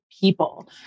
people